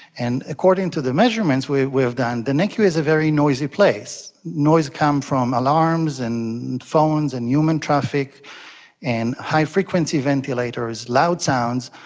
and according to the measurements we've we've done, the nicu is a very noisy place, noise coming from alarms and phones and human traffic and high-frequency ventilators, loud sounds,